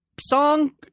Song